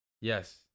yes